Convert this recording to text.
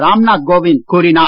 ராம்நாத் கோவிந்த் கூறினார்